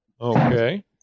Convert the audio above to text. Okay